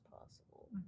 possible